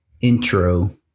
Intro